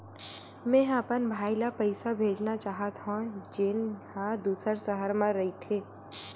मेंहा अपन भाई ला पइसा भेजना चाहत हव, जेन हा दूसर शहर मा रहिथे